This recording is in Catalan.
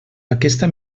aquesta